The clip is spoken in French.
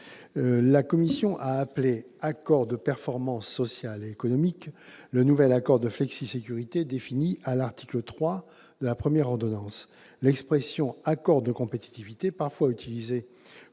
La commission a appelé « accord de performance sociale et économique » le nouvel accord de flexisécurité défini à l'article 3 de la première ordonnance. L'expression « accord de compétitivité », parfois utilisée